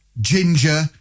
ginger